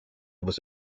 was